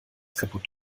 kaputt